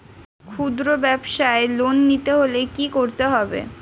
খুদ্রব্যাবসায় লোন নিতে হলে কি করতে হবে?